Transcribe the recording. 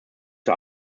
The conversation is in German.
zur